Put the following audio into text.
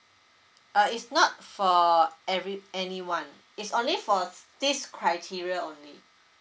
uh it's not for every anyone it's only for this criteria only